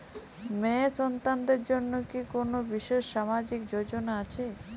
মেয়ে সন্তানদের জন্য কি কোন বিশেষ সামাজিক যোজনা আছে?